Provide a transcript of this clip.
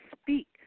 speak